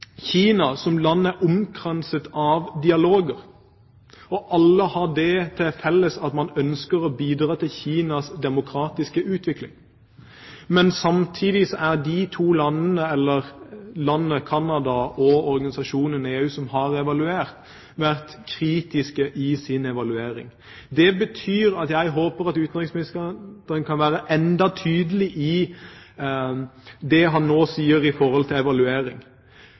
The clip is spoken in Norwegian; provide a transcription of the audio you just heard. Kina som land er omkranset av dialoger, og alle har det til felles at man ønsker å bidra til Kinas demokratiske utvikling. Men samtidig har de to som har evaluert, Canada og EU, vært kritiske i sin evaluering. Det betyr at jeg håper at utenriksministeren kan være enda tydeligere i det han nå sier om evaluering. Jeg mener bestemt at dialogene kan ha og har en effekt. Men hvordan ser vi til